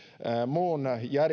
muun